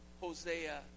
Hosea